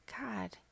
God